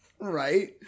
Right